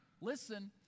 listen